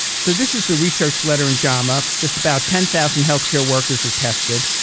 so, this is the research letter in jama. just about ten thousand healthcare workers are tested,